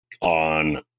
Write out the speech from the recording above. on